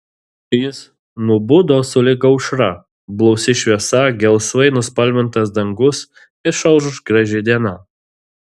jis nubudo sulig aušra blausi šviesa gelsvai nuspalvintas dangus išauš graži diena